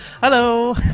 Hello